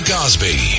Cosby